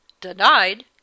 Denied